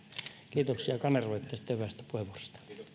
kiitoksia kanervalle hyvästä puheenvuorosta